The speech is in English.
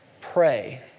Pray